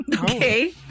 Okay